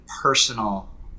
personal